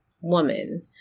woman